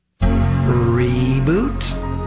Reboot